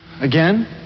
Again